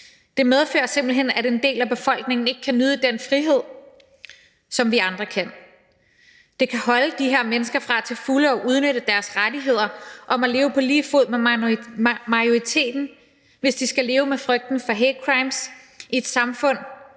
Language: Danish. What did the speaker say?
Det medfører simpelt hen, at en del af befolkningen ikke kan nyde den frihed, som vi andre kan. Det kan afholde de her mennesker fra til fulde at udnytte deres rettigheder til at leve på lige fod med majoriteten, hvis de skal leve med frygten for hatecrimes i et samfund,